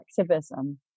activism